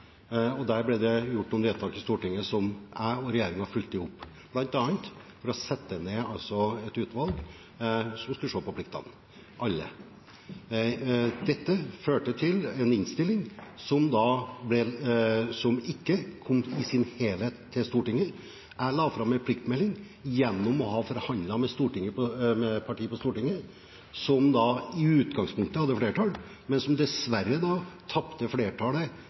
gjort noen vedtak i Stortinget som jeg og regjeringen fulgte opp, bl.a. ved å sette ned et utvalg som skulle se på alle pliktene. Dette førte til en innstilling som ikke kom i sin helhet til Stortinget. Jeg la fram en pliktmelding, gjennom å ha forhandlet med partier på Stortinget, som i utgangspunktet hadde flertall, men som dessverre tapte flertallet